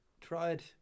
tried